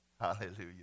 Hallelujah